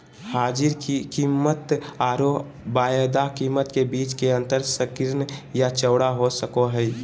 हाजिर कीमतआरो वायदा कीमत के बीच के अंतर संकीर्ण या चौड़ा हो सको हइ